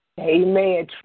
Amen